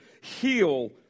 Heal